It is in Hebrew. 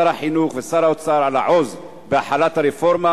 שר החינוך ושר האוצר על העוז בהחלת הרפורמה